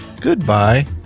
Goodbye